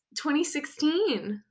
2016